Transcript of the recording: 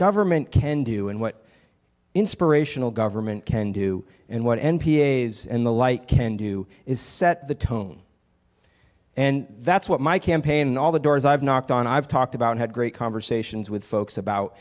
government can do and what inspirational government can do and what n p r and the like can do is set the tone and that's what my campaign all the doors i've knocked on i've talked about had great conversations with folks about